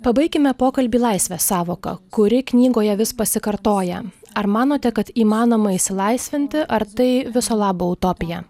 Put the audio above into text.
pabaikime pokalbį laisvės sąvoka kuri knygoje vis pasikartoja ar manote kad įmanoma išsilaisvinti ar tai viso labo utopija